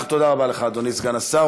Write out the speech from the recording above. תודה רבה לך, אדוני סגן השר.